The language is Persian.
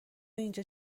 اینجا